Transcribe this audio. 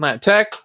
Tech